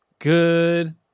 Good